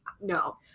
no